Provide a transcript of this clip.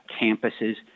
campuses